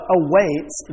awaits